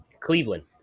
Cleveland